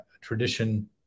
tradition